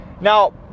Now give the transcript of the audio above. Now